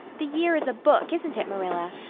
the year is a book, isn't it, marilla?